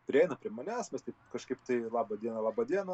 prieina prie manęs mes taip kažkaip tai laba diena laba diena